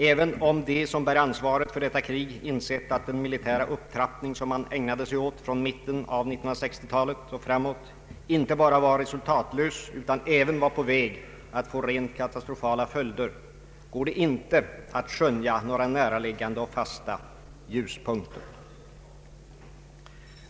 även om de som bär ansvaret för detta krig insett att den militära upptrappning som man ägnade sig åt från mitten av 1960-talet och framåt inte bara var resultatlös utan även var på väg att få rent katastrofala följder, går det inte att skönja några näraliggande och fasta ljuspunkter.